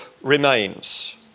remains